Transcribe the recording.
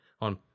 on